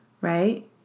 right